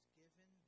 given